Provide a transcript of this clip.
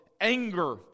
anger